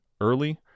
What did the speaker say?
early –